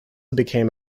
became